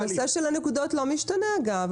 הנושא של הנקודות לא משתנה, אגב.